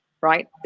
right